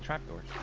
trapdoors